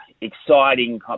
exciting